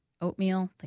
oatmeal